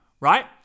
Right